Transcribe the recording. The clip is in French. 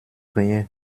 rien